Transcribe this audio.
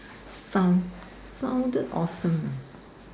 sound sounded often uh